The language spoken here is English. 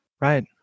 Right